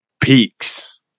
peaks